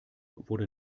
wurde